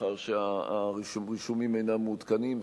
מאחר שהרישומים אינם מעודכנים,